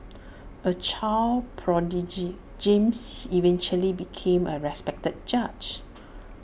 A child prodigy James eventually became A respected judge